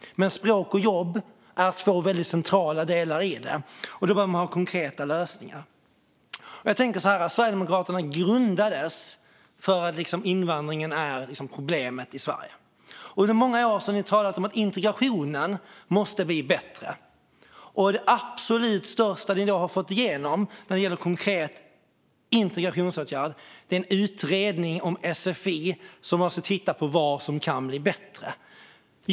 Men språk och jobb är två väldigt centrala delar i det, och då behöver man ha konkreta lösningar. Sverigedemokraterna grundades för att invandringen var problemet i Sverige. Under många år har ni i Sverigedemokraterna talat om att integrationen måste bli bättre. Det absolut största ni har fått igenom när det gäller konkreta integrationsåtgärder är en utredning om sfi som ska titta på vad som kan bli bättre.